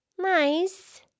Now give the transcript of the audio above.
Nice